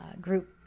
group